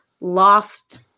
lost